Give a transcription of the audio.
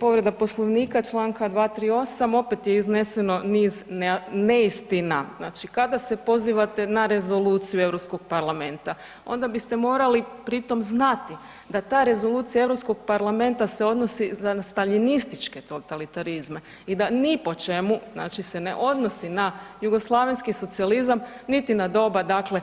Povreda Poslovnika Članka 238. opet je izneseno niz neistina, znači kada se pozivate na rezoluciju Europskog parlamenta onda biste morali pritom znati da ta rezolucija Europskog parlamenta se odnosi na staljinističke totalitarizme i da ni po čemu znači se ne odnosi na jugoslavenski socijalizam niti na doba dakle,